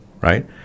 right